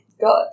got